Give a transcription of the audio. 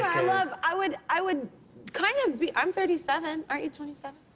love i would i would kind of be i'm thirty seven. aren't you twenty seven?